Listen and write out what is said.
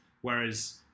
Whereas